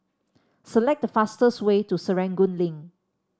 select the fastest way to Serangoon Link